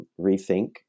rethink